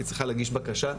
היא צריכה להגיש בקשה.